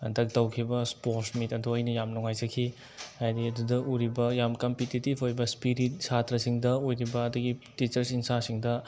ꯍꯟꯗꯛ ꯇꯧꯈꯤꯕ sports meet ꯑꯗꯣ ꯑꯩꯅ ꯌꯥꯝ ꯅꯨꯡꯉꯥꯏꯖꯈꯤ ꯍꯥꯏꯗꯤ ꯑꯗꯨꯗ ꯎꯔꯤꯕ ꯌꯥꯝ ꯀꯝꯄꯤꯇꯤꯇꯤꯞ ꯑꯣꯏꯕ ꯏꯁꯄꯤꯔꯤꯠ ꯁꯥꯇ꯭ꯔꯁꯤꯡꯗ ꯑꯣꯏꯔꯤꯕ ꯑꯗꯒꯤ ꯇꯤꯆꯔꯁ ꯏꯟꯁꯥꯁꯤꯡꯗ